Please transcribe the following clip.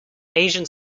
asian